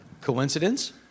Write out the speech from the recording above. Coincidence